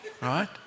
Right